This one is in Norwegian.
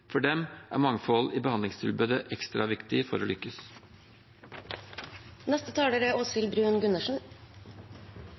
For dem er mangfold i behandlingstilbudet ekstra viktig for å lykkes. Dette er